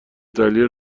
تحلیل